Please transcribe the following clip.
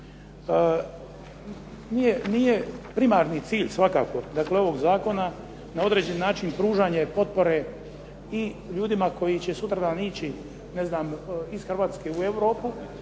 Nije primarni cilj svakako ovog zakona, na određeni način pružanje potpore i ljudima koji će sutradan ići ne znam iz Hrvatske u Europu